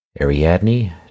Ariadne